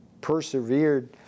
persevered